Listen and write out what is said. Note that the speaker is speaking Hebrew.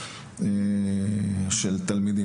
שיבוץ של תלמידים.